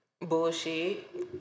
Bullshit